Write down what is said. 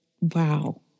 wow